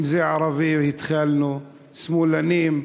אם זה ערבי, התחלנו, שמאלנים,